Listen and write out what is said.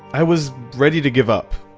i was ready to give up.